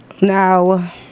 now